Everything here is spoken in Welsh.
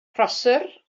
prosser